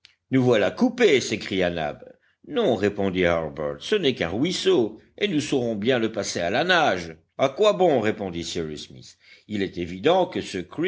nous voilà coupés s'écria nab non répondit harbert ce n'est qu'un ruisseau et nous saurons bien le passer à la nage à quoi bon répondit cyrus smith il est évident que ce